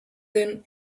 then